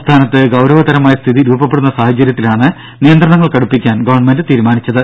സംസ്ഥാനത്ത് ഗൌരവതരമായ സ്ഥിതി രൂപപ്പെടുന്ന സാഹചര്യത്തിലാണ് നിയന്ത്രണങ്ങൾ കടുപ്പിക്കാൻ ഗവൺമെന്റ് തീരുമാനിച്ചത്